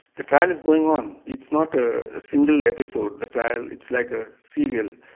the trial is going on, it's not a single episode the trial, it's like a serial,